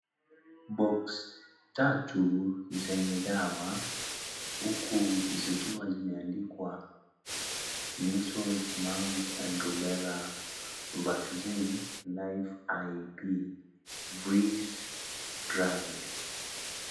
Boxi tatu zenye dawa, huku zikiwa zimeandikwa Measles Mumps and Rubella vaccine (live) I.P (Freeze Dried) .